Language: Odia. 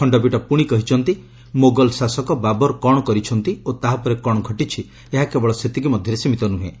ଖଣ୍ଡପୀଠ ପୁଣି କହିଛନ୍ତି ମୋଗଲ ଶାସକ ବାବର୍ କ'ଣ କରିଛନ୍ତି ଓ ତାହାପରେ କ'ଣ ଘଟିଛି ଏହା କେବଳ ସେତିକି ମଧ୍ୟରେ ସୀମିତ ନୃହେଁ